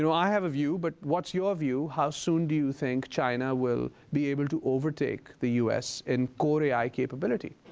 i have a view, but what's your view? how soon do you think china will be able to overtake the us in core ai capability?